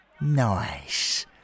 Nice